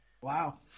Wow